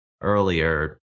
earlier